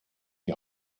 die